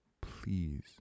please